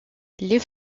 les